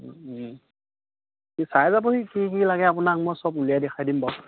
কি চাই যাবহি কি কি লাগে আপোনাক মই চব উলিয়াই দেখাই দিম বাৰু